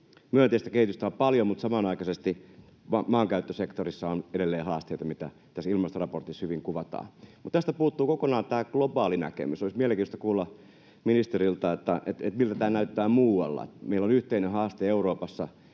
Myönteistä kehitystä on paljon, mutta samanaikaisesti maankäyttösektorissa on edelleen haasteita, mitä tässä ilmastoraportissa hyvin kuvataan. Mutta tästä puuttuu kokonaan tämä globaali näkemys. Olisi mielenkiintoista kuulla ministeriltä, miltä tämä näyttää muualla. Meillä on yhteinen haaste Euroopassa,